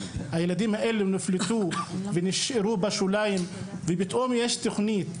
הילדים האלו נפלטו ונשארו בשוליים ופתאום יש תוכנית,